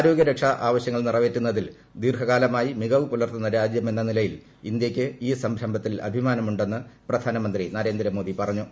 ആരോഗൃ രക്ഷാ ആവശൃങ്ങൾ നിറവേറ്റുന്നതിൽ ദീർഘകാലമായി മികവ് പുലർത്തുന്ന രാജ്യം എന്ന നിലയിൽ ഇന്ത്യയ്ക്ക് ഈ സംരംഭത്തിൽ അഭിമാനമുണ്ടെന്ന് പ്രധാനമന്ത്രി നരേന്ദ്രമോദി പറഞ്ഞു